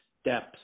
steps